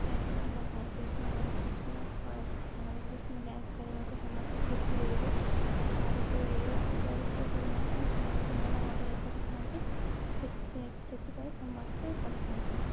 Hare Krishna Hare Krishna Hare Krishna dance କରିବାକୁ ସମସ୍ତେ ଖୁସିରେ ରୁହେ କାହାର ବି ରାଗରୁଷା ହେଇନଥାଏ ସମସ୍ତେ ଭଲ ଭାବରେ କରିଥାନ୍ତି ସେଥିପାଇଁ ସମସ୍ତେ କରିଥାନ୍ତି